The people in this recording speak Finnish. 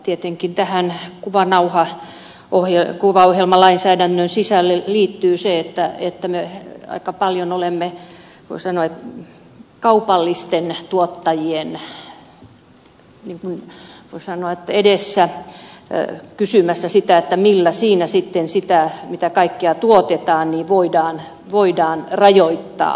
tietenkin tähän kuvaohjelmalainsäädännön sisälle liittyy se että me aika paljon olemme voi sanoa kaupallisten tuottajien edessä kysymässä sitä millä siinä sitten sitä kaikkea mitä tuotetaan voidaan rajoittaa